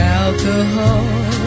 alcohol